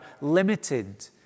limited